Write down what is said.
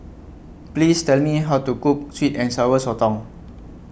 Please Tell Me How to Cook Sweet and Sour Sotong